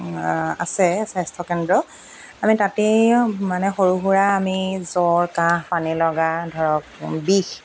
আছে স্বাস্থ্য কেন্দ্ৰ আমি তাতে মানে সৰু সুৰা আমি জ্বৰ কাঁহ পানী লগা ধৰক বিষ